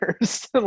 first